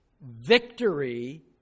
victory